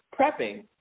prepping